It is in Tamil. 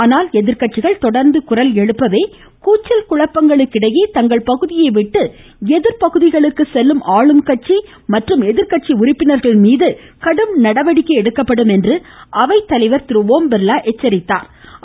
ஆனால் எதிர்கட்சிகள் தொடர்ந்து குரல் எழுப்பவே கூச்சல் குழப்பங்களுக்கு இடையே தங்கள் பகுதியை விட்டு எதிர்பகுதிகளுக்கு செல்லும் ஆளும் கட்சி மற்றும் எதிர்கட்சி உறுப்பினர்கள் மீது கடும் நடவடிக்கைகள் எடுக்கப்படும் என்று அவைத்தலைவா் எச்சரித்தாா்